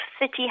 city